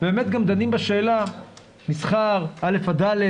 ובאמת גם דנים בשאלה מסחר, א'-ד',